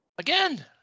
Again